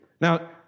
Now